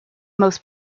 most